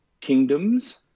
kingdoms